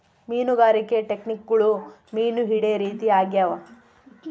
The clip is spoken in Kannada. ಮೀನುಗಾರಿಕೆ ಟೆಕ್ನಿಕ್ಗುಳು ಮೀನು ಹಿಡೇ ರೀತಿ ಆಗ್ಯಾವ